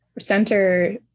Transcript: center